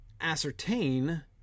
ascertain